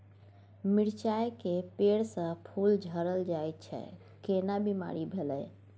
मिर्चाय के पेड़ स फूल झरल जाय छै केना बीमारी भेलई?